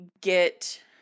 get